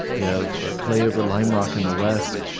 you have clay over lime rock in the west,